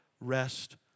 rest